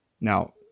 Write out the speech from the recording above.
Now